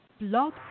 Blog